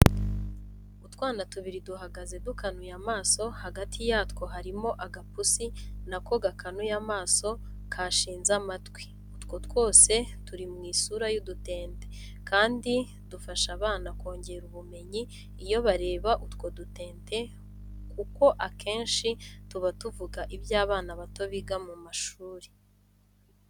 Utwana tubiri duhagaze dukanuye amaso hagati yatwo harimo agapusi na ko gakanuye amaso kashize n'amatwi. Utwo twose turi mi isura y'udutente kandi dufasha abana kongera ubumenyi iyo bareba utwo dutente kuko akenshi tuba tuvuga ibyo abana bato biga mu mashuri.